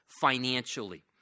financially